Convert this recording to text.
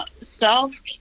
self